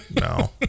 no